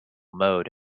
mode